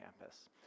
campus